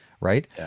Right